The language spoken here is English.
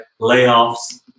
Layoffs